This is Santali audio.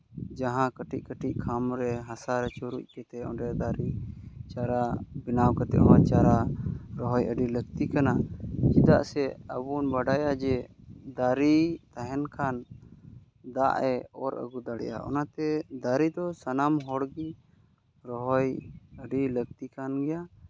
ᱡᱟᱦᱟᱸ ᱠᱟᱹᱴᱤᱡ ᱠᱟᱹᱴᱤᱡ ᱠᱷᱟᱢ ᱨᱮ ᱦᱟᱥᱟ ᱪᱩᱨᱩᱡ ᱠᱟᱛᱮᱫ ᱚᱸᱰᱮ ᱫᱟᱨᱮ ᱪᱟᱨᱟ ᱵᱮᱱᱟᱣ ᱠᱟᱛᱮᱫ ᱚᱱᱟ ᱪᱟᱨᱟ ᱨᱚᱦᱚᱭ ᱟᱹᱰᱤ ᱞᱟᱹᱠᱛᱤᱜ ᱠᱟᱱᱟ ᱪᱮᱫᱟᱜ ᱥᱮ ᱟᱵᱚ ᱵᱚᱱ ᱵᱟᱰᱟᱭᱟ ᱡᱮ ᱫᱟᱨᱮ ᱛᱟᱦᱮᱱ ᱠᱷᱟᱱ ᱫᱟᱜᱼᱮᱭ ᱚᱨ ᱟᱹᱜᱩ ᱫᱟᱲᱮᱭᱟᱜᱼᱟ ᱚᱱᱟᱛᱮ ᱫᱟᱨᱮ ᱫᱚ ᱥᱟᱱᱟᱢ ᱦᱚᱲ ᱜᱮ ᱨᱚᱦᱚᱭ ᱟᱹᱰᱤ ᱞᱟᱹᱠᱛᱤ ᱠᱟᱱ ᱜᱮᱭᱟ